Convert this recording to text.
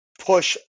push